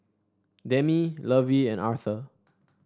Demi Lovey and Arthur